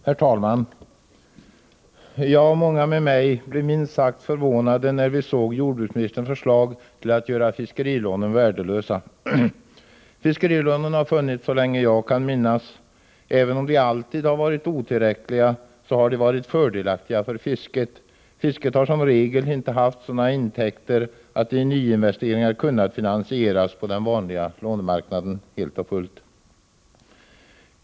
Herr talman! Jag och många med mig blev minst sagt förvånade när vi såg jordbruksministerns förslag till att göra fiskerilånen värdelösa. Fiskerilånen har funnits så länge jag kan minnas. Även om de alltid varit otillräckliga så har de varit fördelaktiga för fisket. Fisket har som regel inte haft sådana intäkter att nyinvesteringar helt och fullt kunnat finansieras på den vanliga lånemarknaden.